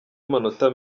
amanota